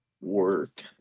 work